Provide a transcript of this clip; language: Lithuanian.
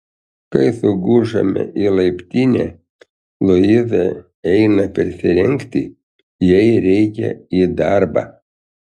kai sugužame į laiptinę luiza eina persirengti jai reikia į darbą